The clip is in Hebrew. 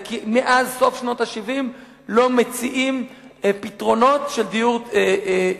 כי מאז סוף שנות ה-70 לא מציעים פתרונות של דיור ציבורי,